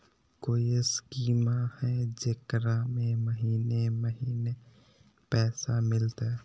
कोइ स्कीमा हय, जेकरा में महीने महीने पैसा मिलते?